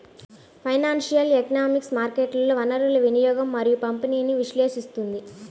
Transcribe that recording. financial economics మార్కెట్లలో వనరుల వినియోగం మరియు పంపిణీని విశ్లేషిస్తుంది